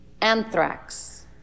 Anthrax